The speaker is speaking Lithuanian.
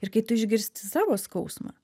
ir kai tu išgirsti savo skausmą